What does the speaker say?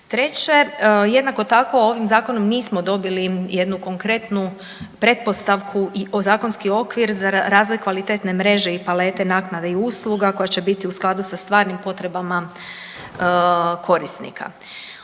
Treće, jednako tako ovim zakonom nismo dobili jednu konkretnu pretpostavku i zakonski okvir za razvoj kvalitetne mreže i palete naknada i usluga koje će biti u skladu sa stvarnim potrebama korisnika.